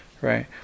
right